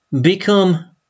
become